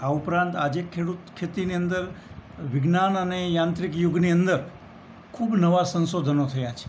આ ઉપરાંત આજે ખેડૂતો ખેતીની અંદર વિજ્ઞાન અને યાંત્રિક યુગની અંદર ખૂબ નવાં સંશોધનો થયાં છે